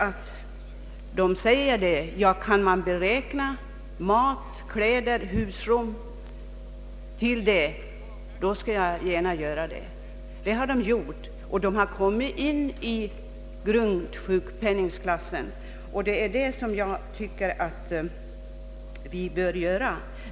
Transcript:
Om de kan beräkna kostnaden för mat, kläder och husrum till detta belopp, gör de gärna på detta sätt, och de har då också införts i grundsjukpenningklassen. Detta tycker jag att vi skall verka för.